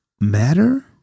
matter